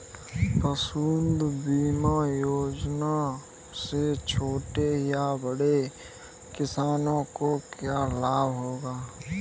पशुधन बीमा योजना से छोटे या बड़े किसानों को क्या लाभ होगा?